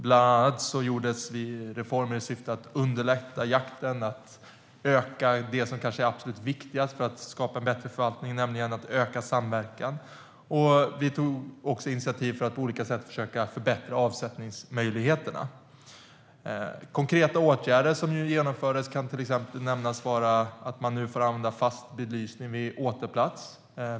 Bland annat gjordes reformer i syfte att underlätta jakten och öka det som kanske är absolut viktigast för att skapa bättre förvaltning, nämligen samverkan. Vi tog också initiativ för att på olika sätt försöka förbättra avsättningsmöjligheterna. Av konkreta åtgärder som genomfördes kan till exempel nämnas att man nu får använda fast belysning vid åtelplats.